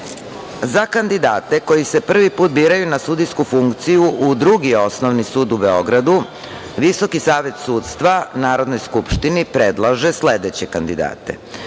za kandidate koji se prvi put biraju na sudijsku funkciju u Prvi osnovni sud u Beogradu VSS Narodnoj skupštini predlaže sledeće kandidate: